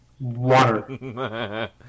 water